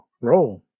Roll